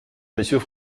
monsieur